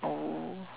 oh